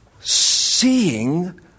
seeing